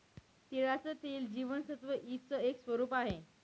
तिळाचं तेल जीवनसत्व ई च एक स्वरूप आहे